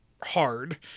hard